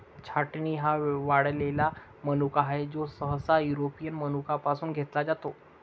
छाटणी हा वाळलेला मनुका आहे, जो सहसा युरोपियन मनुका पासून घेतला जातो